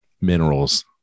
minerals